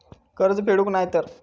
कर्ज फेडूक नाय तर?